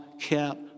kept